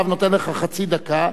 אני עכשיו נותן לך חצי דקה.